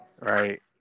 Right